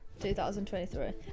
2023